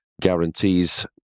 guarantees